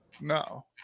No